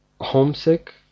homesick